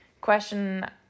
question